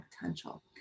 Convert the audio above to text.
potential